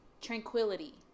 tranquility